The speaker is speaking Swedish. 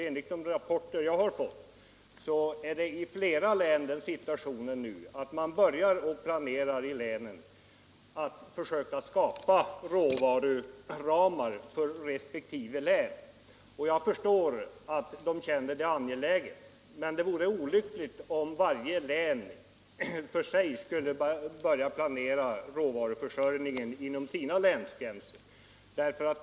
Enligt de rapporter jag har fått börjar man i flera län planera att skapa råvaruramar för resp. län. Jag förstår att det känns angeläget, men det vore olyckligt om varje län för sig skulle börja planera råvaruförsörjningen inom sina gränser.